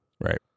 Right